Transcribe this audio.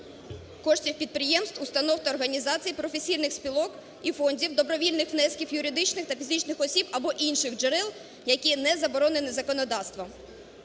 коштів підприємств, установ та організацій, професійних спілок і фондів, добровільних внесків юридичних та фізичних осіб або інших джерел, які не заборонені законодавством.